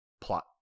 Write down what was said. plot